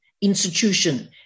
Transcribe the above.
institution